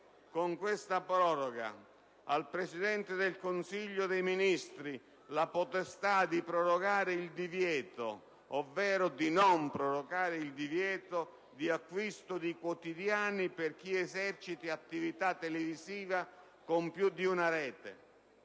Con questa proroga si conferisce al Presidente del Consiglio dei ministri la potestà di prorogare, ovvero di non prorogare, il divieto di acquisto di quotidiani per chi eserciti attività televisiva con più di una rete.